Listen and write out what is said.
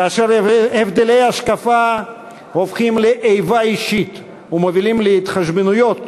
כאשר הבדלי השקפה הופכים לאיבה אישית ומובילים להתחשבנויות